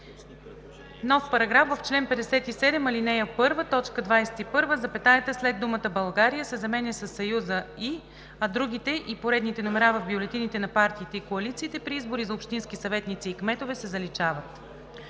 „§… В чл. 57, ал. 1 в т. 21 запетаята след думата „България“ се заменя със съюза „и“, а думите „и поредните номера в бюлетините на партиите и коалициите при избори за общински съветници и кметове“ се заличават.“